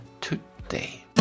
today